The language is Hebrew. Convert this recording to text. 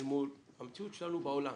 אל מול המציאות שלנו בעולם.